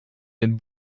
den